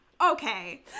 Okay